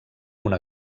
una